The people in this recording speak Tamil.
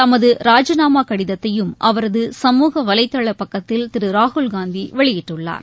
தமதுராஜினாமாகடிதத்தையும் அவரது சமுக வலைதளப் பக்கத்தில் திருராகுல்காந்திவெளியிட்டுள்ளார்